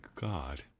god